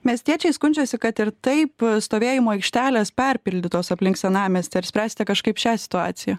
miestiečiai skundžiasi kad ir taip stovėjimo aikštelės perpildytos aplink senamiestį ar spręsite kažkaip šią situaciją